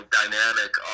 dynamic